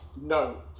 no